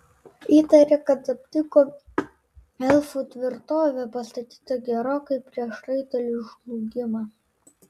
įtarė kad aptiko elfų tvirtovę pastatytą gerokai prieš raitelių žlugimą